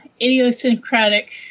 idiosyncratic